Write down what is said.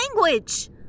language